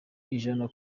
ijana